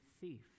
thief